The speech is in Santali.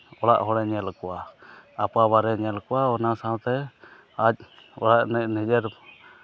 ᱚᱲᱟᱜ ᱦᱚᱲᱮ ᱧᱮᱞ ᱠᱚᱣᱟ ᱟᱨ ᱟᱯᱟ ᱵᱟᱨᱮ ᱧᱮᱞ ᱠᱚᱣᱟ ᱚᱱᱟ ᱥᱟᱶᱛᱮ ᱟᱡ ᱚᱲᱟᱜ ᱨᱤᱱᱤᱡ ᱱᱤᱡᱮᱨ